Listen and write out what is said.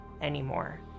anymore